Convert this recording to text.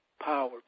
power